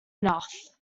enough